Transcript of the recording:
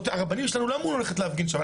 הרבנים שלנו לא אמרו לנו ללכת להפגין שמה,